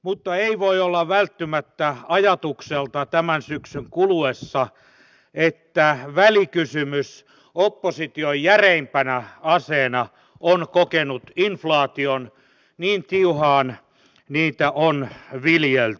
mutta ei voi olla välttymättä ajatukselta tämän syksyn kuluessa että välikysymys opposition järeimpänä aseena on kokenut inflaation niin tiuhaan niitä on viljelty